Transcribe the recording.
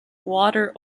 water